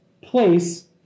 place